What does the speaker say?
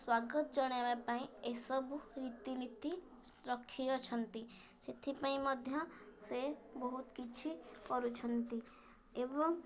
ସ୍ଵାଗତ ଜଣାଇବା ପାଇଁ ଏସବୁ ରୀତିନୀତି ରଖିଅଛନ୍ତି ସେଥିପାଇଁ ମଧ୍ୟ ସେ ବହୁତ କିଛି କରୁଛନ୍ତି ଏବଂ